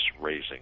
raising